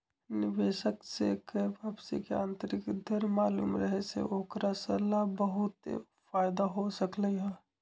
निवेशक स के वापसी के आंतरिक दर मालूम रहे से ओकरा स ला बहुते फाएदा हो सकलई ह